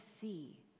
see